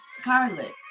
scarlet